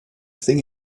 thing